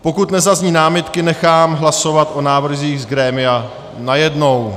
Pokud nezazní námitky, nechám hlasovat o návrzích z grémia najednou.